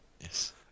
Yes